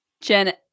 Jen